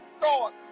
thoughts